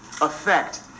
effect